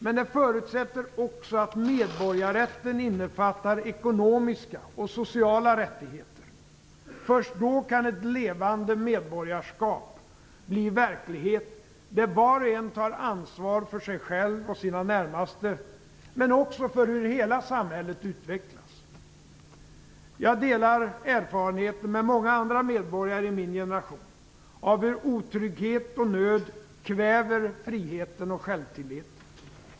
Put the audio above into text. Men det förutsätter också att medborgarrätten innefattar ekonomiska och sociala rättigheter. Först då kan ett levande medborgarskap bli verklighet, där var och en tar ansvar för sig själv och sina närmaste men också för hur hela samhället utvecklas. Jag delar erfarenheten med många andra medborgare i min generation av hur otrygghet och nöd kväver friheten och självtilliten.